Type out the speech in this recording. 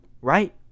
right